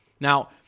Now